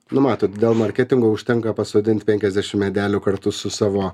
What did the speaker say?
nu matot dėl marketingo užtenka pasodint penkiasdešimt medelių kartu su savo